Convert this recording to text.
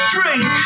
Drink